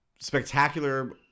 spectacular